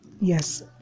yes